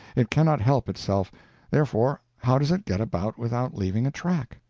it cannot help itself therefore, how does it get about without leaving a track?